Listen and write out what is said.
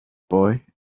boy